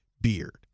beard